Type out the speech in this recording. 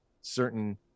certain